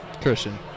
Christian